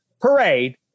parade